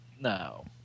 no